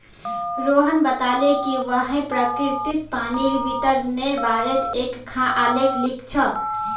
रोहण बताले कि वहैं प्रकिरतित पानीर वितरनेर बारेत एकखाँ आलेख लिख छ